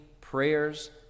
prayers